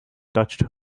touched